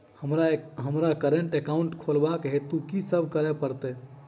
हमरा current account खोलेवाक हेतु की सब करऽ पड़त?